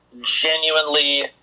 genuinely